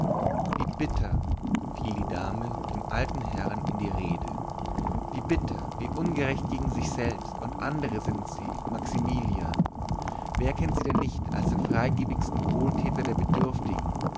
wie bitter fiel die dame dem alten herrn in die rede wie bitter wie ungerecht gegen sich selbst und andere sind sie maximilian wer kennt sie denn nicht als den freigebigsten wohltäter der bedürftigen